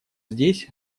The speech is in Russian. здесь